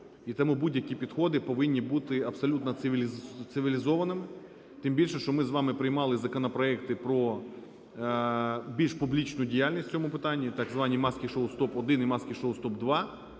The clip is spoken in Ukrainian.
і тому будь-які підходи повинні бути абсолютно цивілізованими, тим більше, що ми з вами приймали законопроекти про більш публічну діяльність в цьому питанні, так звані "маски-шоу стоп 1" і "маски-шоу стоп 2",